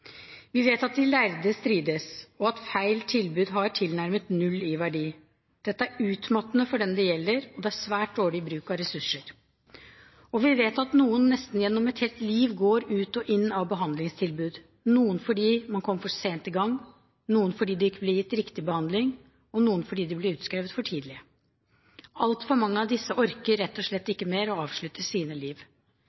Vi vet at de lærde strides, og at feil tilbud har tilnærmet null verdi. Dette er utmattende for den det gjelder, og det er svært dårlig bruk av ressurser. Og vi vet at noen nesten gjennom et helt liv går ut og inn av behandlingstilbud – noen fordi man kom for sent i gang, noen fordi det ikke ble gitt riktig behandling, og noen fordi de ble utskrevet for tidlig. Altfor mange av disse orker rett og slett